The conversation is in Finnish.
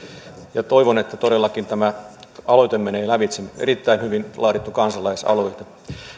toivon että todellakin tämä aloite menee lävitse erittäin hyvin laadittu kansalaisaloite